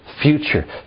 future